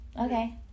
Okay